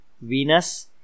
Venus